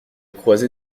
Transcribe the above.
croisée